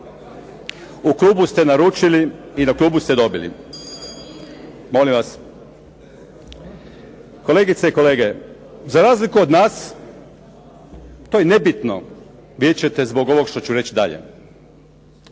U klubu ste naručili i na klubu ste dobili. Molim vas. Kolegice i kolege, za razliku od nas to je nebitno, vidjet ćete zbog ovog što ću reći dalje.